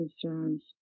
concerns